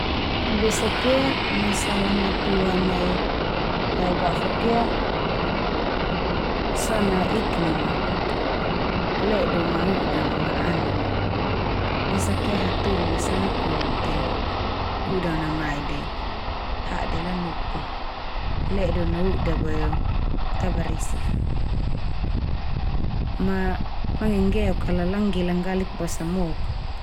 Besakia masalah matua nai daebafok ia, so na iklim a. Ledo ma udan ma anin a. Besakia hatoli la sanga kolu te, udan na mai de hade lanupu. Ledo no uda boe o ta barisi fa. Ma mangenggeok kal langgelanggalik basa mok a.